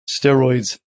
Steroids